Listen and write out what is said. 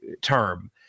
term